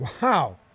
Wow